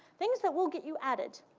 things that will get you added.